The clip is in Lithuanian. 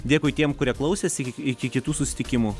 dėkui tiem kurie klausėsi iki iki kitų susitikimų